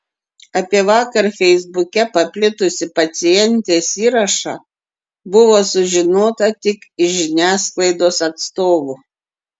apie vakar feisbuke paplitusį pacientės įrašą buvo sužinota tik iš žiniasklaidos atstovų